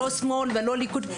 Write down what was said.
לא שמאל ולא ליכוד,